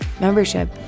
membership